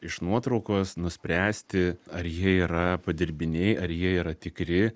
iš nuotraukos nuspręsti ar jie yra padirbiniai ar jie yra tikri